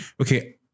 Okay